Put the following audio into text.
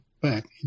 back